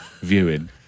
viewing